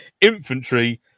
infantry